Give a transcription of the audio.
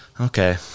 okay